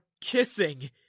kissing